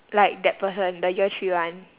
like that person the year three one